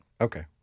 okay